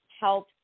help